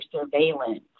surveillance